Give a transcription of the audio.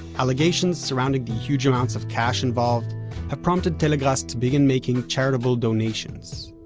allegations surrounding the huge amounts of cash involved have prompted telegrass to begin making charitable donations.